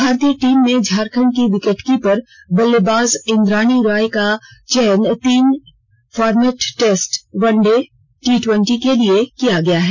भारतीय टीम में झारखंड की विकेटकीपर बल्लेबाज इंद्राणी रॉय का चयन तीनों फार्मेट टेस्ट वन डे और टी टवेंटी के लिए किया गया है